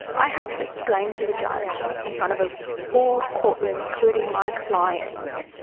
i had to explain to the judge in front of a full courtroom, including my client,